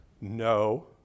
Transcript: no